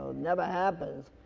never happens.